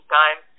time